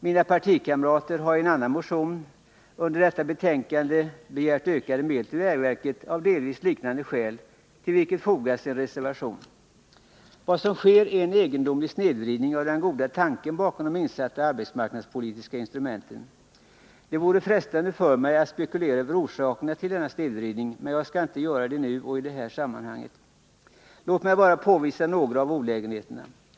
Mina partikamrater har i en annan motion som behandlats i detta betänkande, till vilket fogats en reservation i frågan, begärt ökade medel till vägverket av delvis liknande skäl. Vad som sker är en egendomlig snedvridning av den goda tanken bakom de insatta arbetsmarknadspolitiska instrumenten. Det vore frestande för mig att spekulera över orsakerna till denna snedvridning, men jag skall inte göra det nu och i det här sammanhanget. Låt mig bara peka på några av olägenheterna.